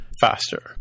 faster